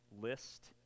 list